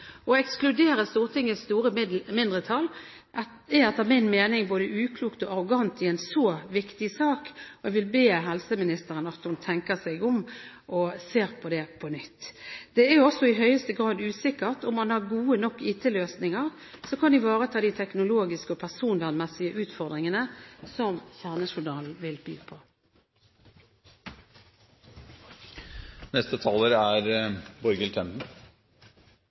Å ekskludere Stortingets store mindretall i en så viktig sak er etter min mening både uklokt og arrogant, og jeg vil be helseministeren om at hun tenker seg om og ser på dette på nytt. Det er også i høyeste grad usikkert om man har gode nok IT-løsninger som kan ivareta de teknologiske og personvernmessige utfordringene som kjernejournalen vil by